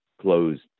closed